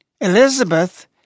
Elizabeth